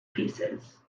pieces